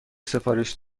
سفارش